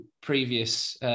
previous